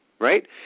right